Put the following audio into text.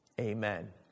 Amen